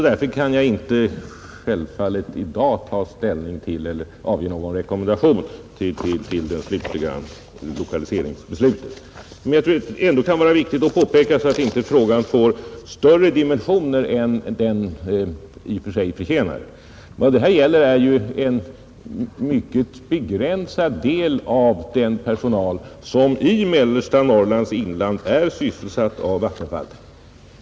Därför kan jag självfallet i dag inte ta ställning till frågan eller avge någon rekommendation om den slutliga lokaliseringen. Jag tror att det kan vara riktigt att påpeka att det här gäller en mycket begränsad del av den personal som i mellersta Norrlands inland sysselsättes av Vattenfall.